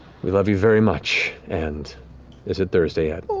we love you very much. and is it thursday yet?